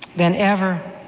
than ever,